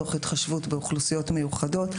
תוך התחשבות באוכלוסיות מיוחדות,